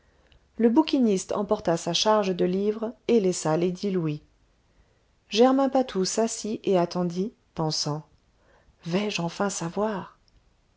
le bouquiniste emporta sa charge de livres et laissa les dix louis germain patou s'assit et attendit pensant vais-je enfin savoir